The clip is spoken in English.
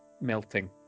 melting